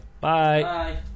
Bye